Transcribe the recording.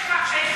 יש שם אנשי,